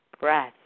breath